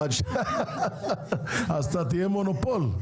אז אתה תהיה מונופול.